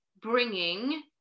bringing